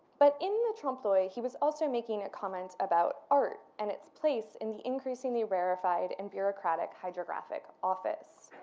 but in the trompe l'oeil, he was also making a comment about art and its place in the increasingly rarefied and bureaucratic hydrographic office.